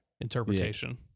interpretation